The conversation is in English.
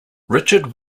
richard